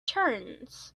turns